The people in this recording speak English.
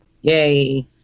yay